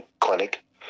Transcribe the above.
clinic